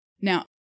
Now